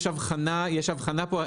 יש הבחנה פה,